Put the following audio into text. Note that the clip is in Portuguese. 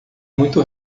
muito